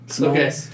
Okay